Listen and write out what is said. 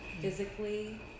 Physically